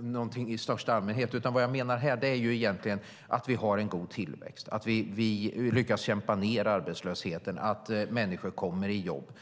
någonting i största allmänhet. Vad jag menar här är att vi har en god tillväxt, att vi lyckas kämpa ned arbetslösheten och att människor kommer i jobb.